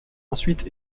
ensuite